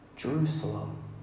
Jerusalem